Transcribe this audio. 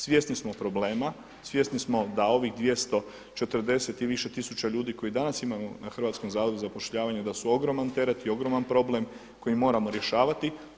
Svjesni smo problema, svjesni smo da ovih 240 i više tisuća ljudi koje danas imamo na Hrvatskom zavodu za zapošljavanje da su ogroman teret i ogroman problem koji moramo rješavati.